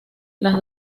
las